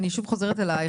אני שוב חוזרת אלייך,